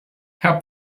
herr